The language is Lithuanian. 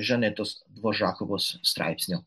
žanetos dvožakovos straipsnio